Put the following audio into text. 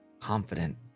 Confident